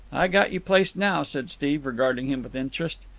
i got you placed now, said steve, regarding him with interest.